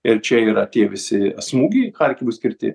ir čia yra tie visi smūgiai charkivui skirti